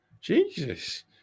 Jesus